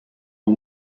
اون